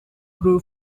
grew